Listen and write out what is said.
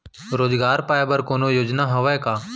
रोजगार पाए बर कोनो योजना हवय का?